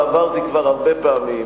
וכבר אמרתי הרבה פעמים,